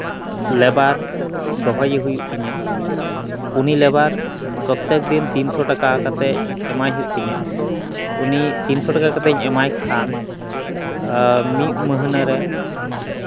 labour ᱫᱚᱦᱚᱭᱮ ᱦᱩᱭᱩᱜ ᱛᱤᱧᱟᱹ ᱩᱱᱤ ᱞᱮᱵᱟᱨ ᱯᱨᱚᱛᱮᱠ ᱫᱤᱱ ᱛᱤᱱᱥᱚ ᱴᱟᱠᱟ ᱠᱟᱛᱮᱫ ᱮᱢᱟᱭ ᱦᱩᱭᱩᱜ ᱛᱤᱧᱟᱹ ᱩᱱᱤ ᱛᱤᱱᱥᱚ ᱴᱟᱠᱟ ᱠᱟᱛᱮᱫ ᱤᱧ ᱮᱢᱟᱭ ᱠᱷᱟᱱ ᱢᱤᱫ ᱢᱟᱹᱦᱱᱟᱹ ᱨᱮ